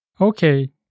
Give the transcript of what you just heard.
Okay